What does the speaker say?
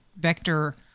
vector